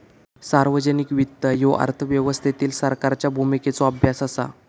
सार्वजनिक वित्त ह्यो अर्थव्यवस्थेतील सरकारच्या भूमिकेचो अभ्यास असा